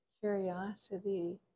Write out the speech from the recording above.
curiosity